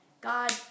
God